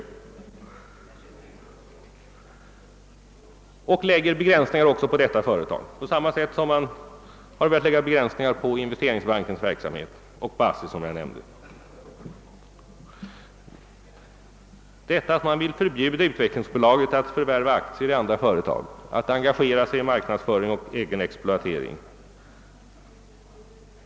De vill lägga begränsningar också på detta företag på samma sätt som de velat begränsa investeringsbankens verksamhet och — som jag nämnde — ASSI:s. Mittenpartierna vill alltså förbjuda utvecklingsbolaget att förvärva aktier i andra företag och att engagera sig i marknadsföring och egen exploatering.